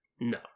No